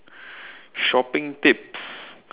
shopping tips